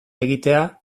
egitea